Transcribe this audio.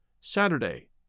Saturday